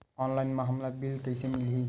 Online म हमला bill कइसे मिलही?